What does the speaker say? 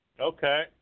Okay